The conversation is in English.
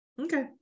Okay